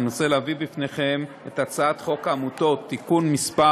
אני רוצה להביא בפניכם את הצעת חוק העמותות (תיקון מס'